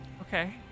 Okay